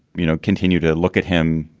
you know, continue to look at him,